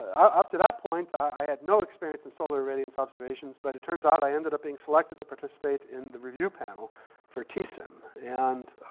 up to that point, i had no experience in solar irradiance observations, but it turns out i ended up being selected to participate in the review panel for tsim. and